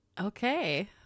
Okay